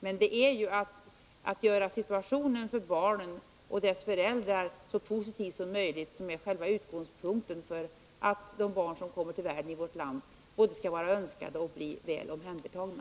Men att göra situationen för barnen och deras föräldrar så positiv som möjligt är en nödvändighet, för att de barn som kommer till världen i vårt land skall vara både önskade och bli väl omhändertagna.